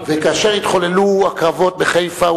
וכאשר התחוללו הקרבות בחיפה,